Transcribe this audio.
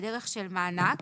בדרך של מענק